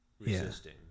resisting